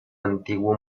antiguo